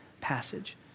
passage